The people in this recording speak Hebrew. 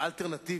מה האלטרנטיבה.